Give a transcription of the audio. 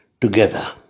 together